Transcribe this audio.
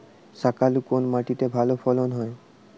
শাকালু কোন মাটিতে ভালো ফলন হয়?